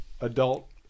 adult